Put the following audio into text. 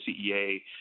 CEA